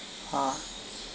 ha